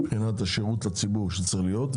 מבחינת השירות שצריך להיות לציבור.